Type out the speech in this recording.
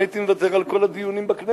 אני הייתי מוותר על כל הדיונים בכנסת,